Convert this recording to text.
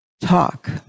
talk